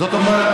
זאת אומרת,